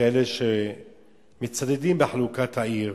כאלה שמצדדים בחלוקת העיר,